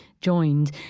joined